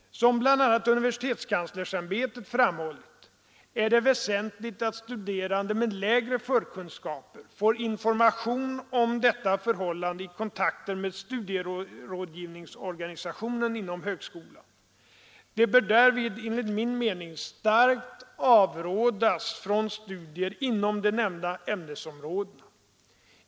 Som bl.a. universitetskanslersämbetet framhållit är det väsentligt att studerande med lägre förkunskaper får information om detta förhållande i kontakter med studierådgivningsorganisationen inom högskolan. De bör därvid enligt min mening starkt avrådas från studier inom de nämnda ämnesområdena.